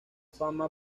fama